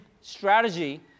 strategy